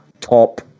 top